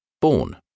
Born